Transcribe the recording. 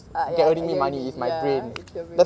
ah ya I get what you mean ya it's your brain